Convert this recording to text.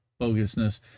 bogusness